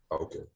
Okay